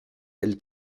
elle